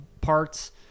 parts